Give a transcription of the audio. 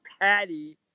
Patty